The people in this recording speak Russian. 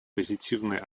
позитивной